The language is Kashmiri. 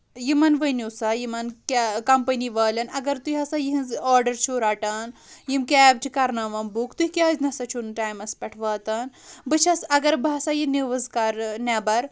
یِمن ؤنیو سا یِمن کیے کمپنی والٮ۪ن اگر تُہۍ ہسا یِہنٛز آرڈر چھُو رٹان یِم کیب چھِ کرناوان بُک تُہۍ کیازِ نسا چھُو نہٕ ٹایمَس پٮ۪ٹھ واتان بہٕ چھس اگر بہٕ ہسا یہِ نیوٕز کرٕ نیبر